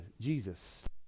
Jesus